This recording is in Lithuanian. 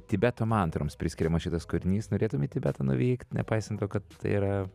tibeto mantroms priskiriamas šitas kūrinys norėtum į tibetą nuvykt nepaisant to kad tai yra